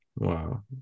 Wow